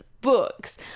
books